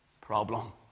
problem